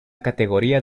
categoría